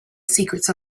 secrets